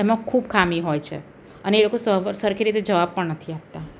એમાં ખૂબ ખામી હોય છે અને એ લોકો સરખી રીતે જવાબ પણ નથી આપતા